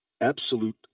absolute